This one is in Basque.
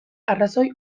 arrazoi